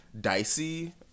dicey